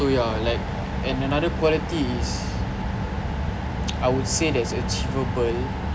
so ya like and another quality is I would say that's achievable